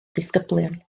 disgyblion